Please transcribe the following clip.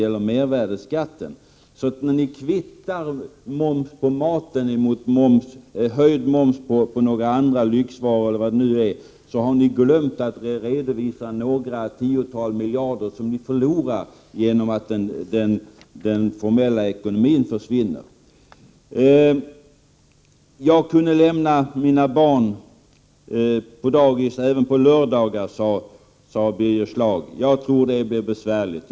När miljöpartiet kvittar momsen på maten mot höjd moms på vissa andra lyxvaror eller vad det kan vara, glömmer man samtidigt redovisa ett tiotal miljarder som förloras genom att stora delar av den formella ekonomin försvinner. Jag kunde lämna mina barn på dagis även på lördagar, sade Birger Schlaug. Jag tror det blir besvärligt.